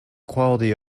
quality